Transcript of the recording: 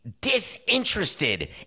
disinterested